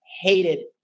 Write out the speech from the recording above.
hated